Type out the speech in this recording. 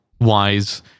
wise